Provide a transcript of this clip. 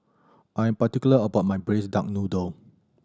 I'm particular about my Braised Duck Noodle